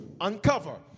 Uncover